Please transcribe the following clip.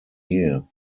year